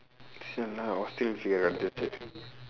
!siala! australia figure கிடைச்சா சரி:kidaichsaa sari